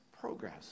Progress